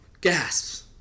gasps